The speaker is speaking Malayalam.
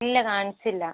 ഇല്ല കാണിച്ചില്ല